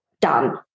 done